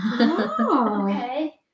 Okay